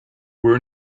were